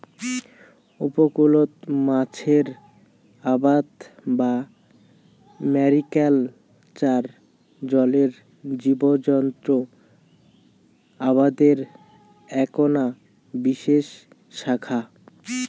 উপকূলত মাছের আবাদ বা ম্যারিকালচার জলের জীবজন্ত আবাদের এ্যাকনা বিশেষ শাখা